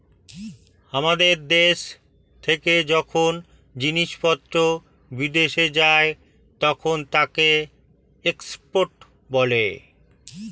আমাদের দেশ থেকে যখন জিনিসপত্র বিদেশে যায় তখন তাকে এক্সপোর্ট বলে